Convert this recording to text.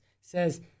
says